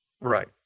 Right